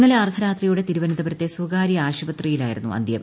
ഇന്നലെ അർദ്ധരാത്രിയോടെ തിരുവനന്തപുരത്തെ സ്വകാര്യ ആശുപത്രിയിലായിരുന്നു അന്ത്യം